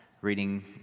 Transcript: reading